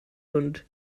und